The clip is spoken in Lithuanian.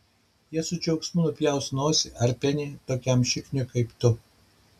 jie su džiaugsmu nupjaus nosį ar penį tokiam šikniui kaip tu